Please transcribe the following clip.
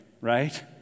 right